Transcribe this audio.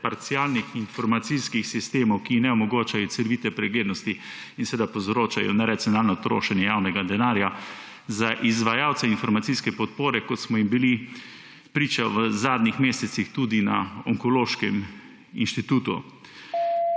parcialnih informacijskih sistemov, ki ne omogočajo celovite preglednosti in seveda povzročajo neracionalno trošenje javnega denarja za izvajalce informacijske podpore, kot smo ji bili priča v zadnjih mesecih tudi na Onkološkem inštitutu.